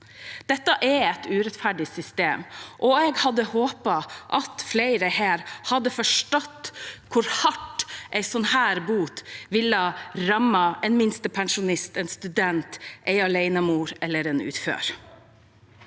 Dette er et urettferdig system, og jeg hadde håpet at flere her hadde forstått hvor hardt en slik bot ville rammet en minstepensjonist, en student, en alenemor eller en ufør,